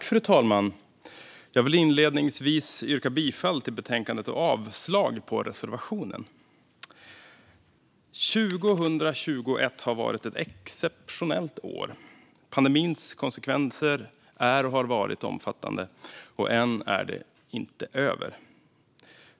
Fru talman! Jag vill inledningsvis yrka bifall till förslaget och avslag på reservationen. År 2021 har varit ett exceptionellt år. Pandemins konsekvenser är och har varit omfattande, och än är den inte över.